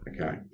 okay